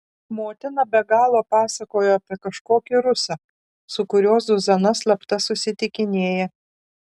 motina be galo pasakojo apie kažkokį rusą su kuriuo zuzana slapta susitikinėja